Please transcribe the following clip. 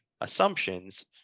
assumptions